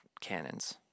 cannons